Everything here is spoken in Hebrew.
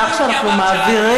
גם תיקון,